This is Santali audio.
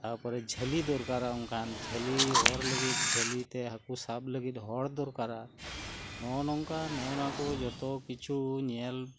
ᱛᱟᱯᱚᱨᱮ ᱡᱷᱟᱹᱞᱤ ᱫᱚᱨᱠᱟᱨᱟ ᱚᱱᱠᱟᱱ ᱡᱷᱟᱹᱞᱤ ᱚᱨ ᱞᱟᱹᱜᱤᱫ ᱡᱷᱟᱹᱞᱤ ᱛᱮ ᱦᱟᱹᱠᱩ ᱥᱟᱵ ᱞᱟᱹᱜᱤᱫ ᱦᱚᱲ ᱫᱚᱨᱠᱟᱨᱟ ᱱᱚᱜᱚᱭ ᱱᱚᱝᱠᱟ ᱱᱚᱜᱚᱱᱟᱠᱩ ᱡᱚᱛᱚ ᱠᱤᱪᱷᱩ ᱧᱮᱞ